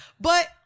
But-